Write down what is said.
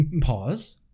pause